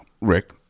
Rick